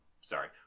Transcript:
Sorry